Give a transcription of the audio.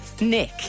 Nick